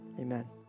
amen